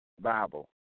Bible